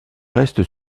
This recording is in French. reste